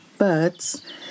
birds